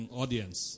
audience